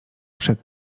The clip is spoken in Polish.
przed